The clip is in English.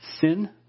sin